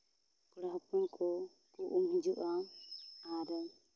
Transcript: ᱠᱚᱲᱟ ᱦᱚᱯᱚᱱ ᱠᱚ ᱩᱢ ᱦᱤᱡᱩᱜᱼᱟ ᱟᱨ